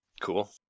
cool